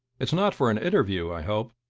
it's not for an interview, i hope?